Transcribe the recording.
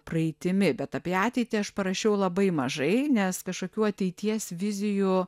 praeitimi bet apie ateitį aš parašiau labai mažai nes kažkokių ateities vizijų